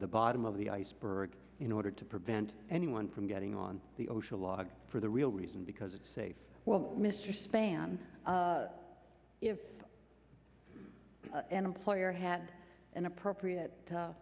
the bottom of the iceberg in order to prevent anyone from getting on the ocean log for the real reason because it's safe well mr span if an employer had an appropriate